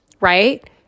right